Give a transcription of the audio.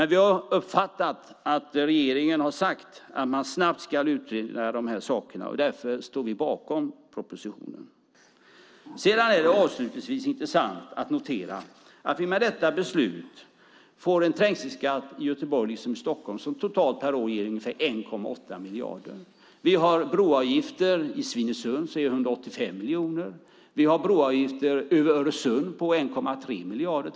Vi har uppfattat att regeringen har sagt att man snabbt ska utreda de här sakerna, och därför står vi bakom propositionen. Avslutningsvis är det intressant att notera att vi med detta beslut får en trängselskatt i Göteborg liksom i Stockholm som totalt per år ger ungefär 1,8 miljarder. Vi har broavgifter i Svinesund som ger 185 miljoner. Vi har broavgifter över Öresund på 1,3 miljarder.